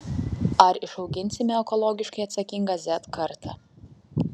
ar išauginsime ekologiškai atsakingą z kartą